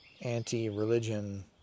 anti-religion